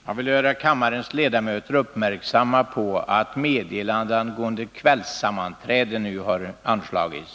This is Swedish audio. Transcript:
Jag vill göra kammarens ledamöter uppmärksamma på att meddelande angående kvällssammanträde nu har anslagits.